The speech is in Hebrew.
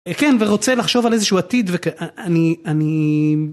כן, ורוצה לחשוב על איזה שהוא עתיד, וכן... אני... אני...